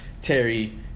Terry